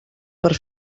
per